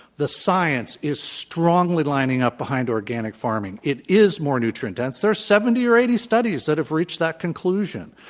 the science is stron gly lining up behind organic farming. it is more nutrient-dense. there are seventy or eighty studies that have reached that conclusion.